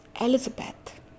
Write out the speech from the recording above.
Elizabeth